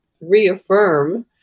reaffirm